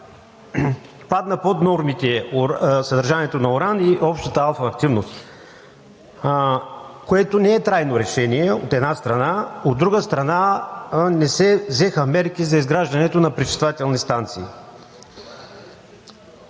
падна под нормите съдържанието на уран и общата алфа активност, което не е трайно решение, от една страна. От друга страна, не се взеха мерки за изграждането на пречиствателни станции.